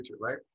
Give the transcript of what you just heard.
right